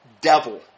devil